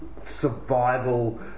survival